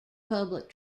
public